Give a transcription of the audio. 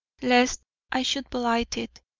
lest i should blight it.